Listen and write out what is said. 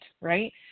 right